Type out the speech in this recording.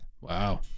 Wow